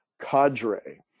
cadre